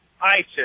ISIS